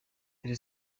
dore